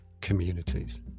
communities